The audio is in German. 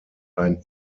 ein